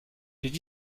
did